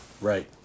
Right